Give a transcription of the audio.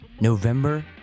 November